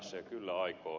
kyllä aikoo